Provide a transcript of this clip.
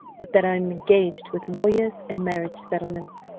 but that i am engaged with lawyers and marriage settlements.